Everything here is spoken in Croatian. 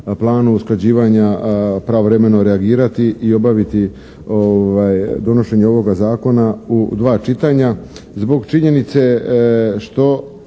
planu usklađivanja pravovremeno reagirati i obaviti donošenje ovoga zakona u dva čitanja. Zbog činjenice što